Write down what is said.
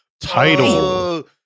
title